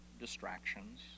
distractions